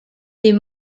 des